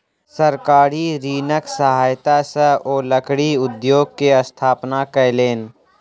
सरकारी ऋणक सहायता सॅ ओ लकड़ी उद्योग के स्थापना कयलैन